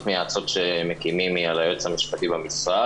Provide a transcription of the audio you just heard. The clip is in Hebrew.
המייעצות שמקימים היא על היועץ המשפטי במשרד,